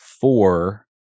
four